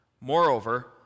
Moreover